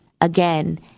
again